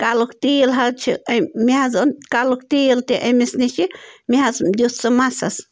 کَلُک تیٖل حظ چھُ أمۍ مےٚ حظ اوٚن کَلُک تیٖل تہِ أمِس نِش مےٚ حظ دُیت سُہ مَسس